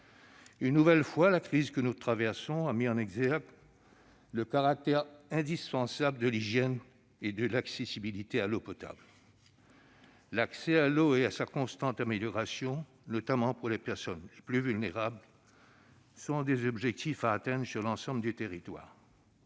Une nouvelle fois, la crise que nous traversons a mis en exergue le caractère indispensable de l'hygiène et de l'accessibilité à l'eau potable. L'accès à l'eau et sa constante amélioration, notamment pour les personnes les plus vulnérables, sont des objectifs à atteindre sur l'ensemble du territoire.